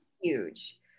huge